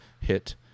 hit